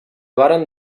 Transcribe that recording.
varen